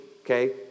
okay